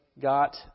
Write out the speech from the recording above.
Got